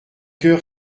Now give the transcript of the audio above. coeur